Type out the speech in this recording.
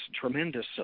tremendous